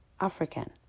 African